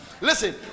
Listen